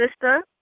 sister